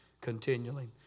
continually